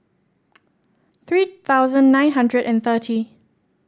three thousand nine hundred and thirty